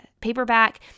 paperback